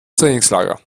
trainingslager